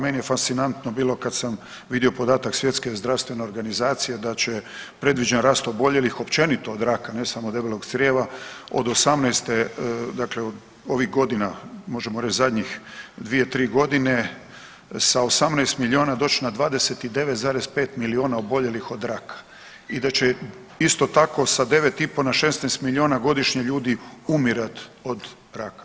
Meni je fascinantno bilo kad sam vidio podatak Svjetske zdravstvene organizacije da će predviđeni rast oboljelih općenito od raka ne samo debelog crijeva, od '18. dakle ovih godina možemo reći zadnjih 2-3 godine sa 18 miliona doći na 29,5 miliona oboljelih od raka i da će isto tako sa 9,5 na 16 miliona godišnje ljudi umirati od raka.